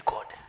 God